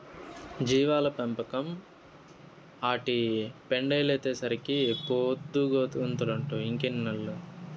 జీవాల పెంపకం, ఆటి పెండలైతేసరికే పొద్దుగూకతంటావ్ ఇంకెన్నేళ్ళు